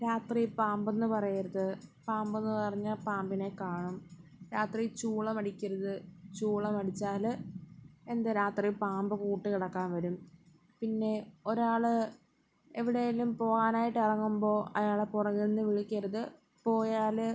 രാത്രി പാമ്പെന്ന് പറയരുത് പാമ്പെന്ന് പറഞ്ഞാൽ പാമ്പിനെ കാണും രാത്രി ചൂളമടിക്കരുത് ചൂളമടിച്ചാല് എന്ത് രാത്രി പാമ്പ് കൂട്ട് കിടക്കാൻ വരും പിന്നെ ഒരാൾ എവിടെലും പോകാനായിട്ട് ഇറങ്ങുമ്പോൾ അയാളെ പുറകിൽ നിന്ന് വിളിക്കരുത് പോയാൽ